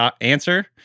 answer